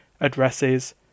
addresses